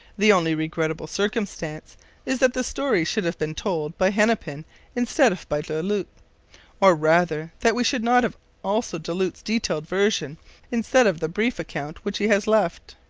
the only regrettable circumstance is that the story should have been told by hennepin instead of by du lhut or rather, that we should not have also du lhut's detailed version instead of the brief account which he has left.